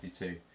52